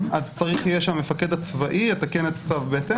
--- צריך יהיה שהמפקד הצבאי יתקן את הצו בהתאם.